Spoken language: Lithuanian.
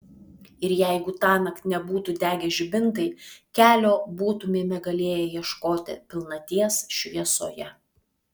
ir jeigu tąnakt nebūtų degę žibintai kelio būtumėme galėję ieškoti pilnaties šviesoje